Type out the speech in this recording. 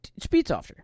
Speedsofter